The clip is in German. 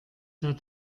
hat